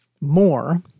more